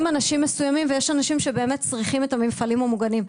אנשים מסוים ויש אנשים שבאמת צריכים את המפעלים המוגנים.